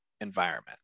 environment